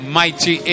mighty